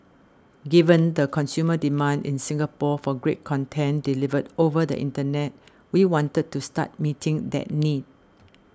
given the consumer demand in Singapore for great content delivered over the Internet we wanted to start meeting that need